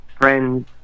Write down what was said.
friends